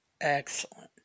...excellent